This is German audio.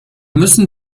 müssen